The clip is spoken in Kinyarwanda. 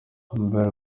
imbere